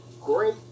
great